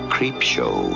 Creepshow